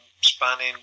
spanning